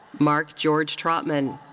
mark george trotman.